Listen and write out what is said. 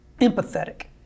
empathetic